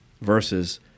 versus